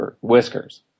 whiskers